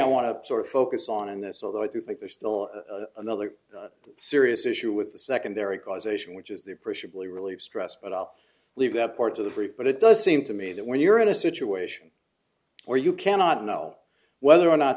i want to sort of focus on in this although i do think there's still another serious issue with the secondary causation which is the appreciably relieve stress but i'll leave that part to the group but it does seem to me that when you're in a situation where you cannot know whether or not